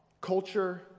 culture